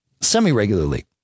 Semi-regularly